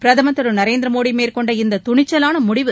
பிரதமர் திரு நரேந்திர மோடி மேற்கொண்ட இந்த தணிச்சவாள முடிவு